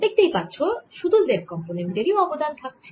দেখতেই পাচ্ছো শুধু z কম্পোনেন্ট এর অবদান থাকছে